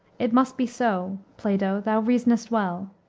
it must be so plato, thou reasonest well,